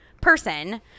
person